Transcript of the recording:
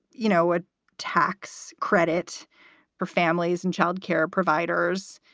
you know, a tax credit for families and child care providers.